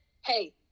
Hey